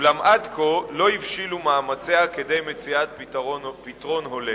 אולם עד כה לא הבשילו מאמציה כדי מציאת פתרון הולם.